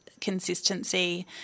consistency